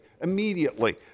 immediately